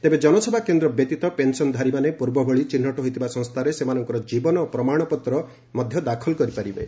ତେବେ ଜନସେବା କେନ୍ଦ୍ର ବ୍ୟତୀତ ପେନ୍ସନଧାରୀମାନେ ପୂର୍ବଭଳି ଚିହ୍ନଟ ହୋଇଥିବା ସଂସ୍ଥାରେ ସେମାନଙ୍କର ଜୀବନ ପ୍ରମାଣପତ୍ର ମଧ୍ୟ ଦାଖଲ କରିପାରିବେ